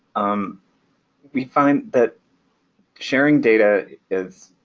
um we find that sharing data is,